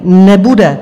Nebude.